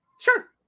sure